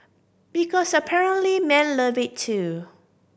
because apparently men love it too